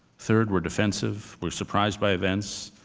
third, we're defensive. we're surprised by events.